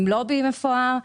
עם לובי מפואר,